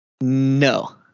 No